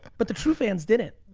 but the true fans didn't.